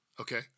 okay